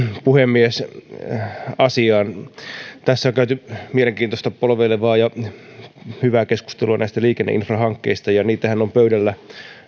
puhemies asiaan tässä on käyty mielenkiintoista polveilevaa ja hyvää keskustelua liikenneinfrahankkeista ja niitähän on pöydällä